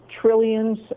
trillions